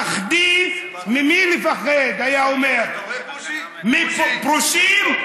ממי לפחד, היה אומר, אתה רואה, בוז'י, מפרושים.